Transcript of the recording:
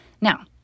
Now